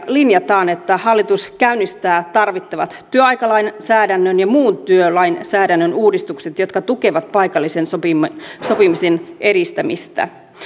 linjataan että hallitus käynnistää tarvittavat työaikalainsäädännön ja muun työlainsäädännön uudistukset jotka tukevat paikallisen sopimisen sopimisen edistämistä